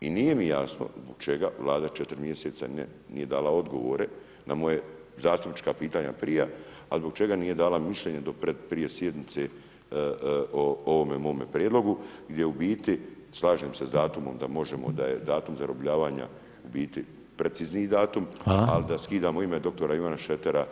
I nije mi jasno zbog čega Vlada 4 mjeseca nije dalo odgovore na moja zastupnička pitanja prije, a zbog čega nije dala mišljenje do pred prije sjednice o ovome mome prijedlogu gdje u biti, slažem se s datumom da možemo, da je datum zarobljavanja u biti precizniji datum, ali da skidamo ime dr. Ivana Šretera, na to ne mogu pristati.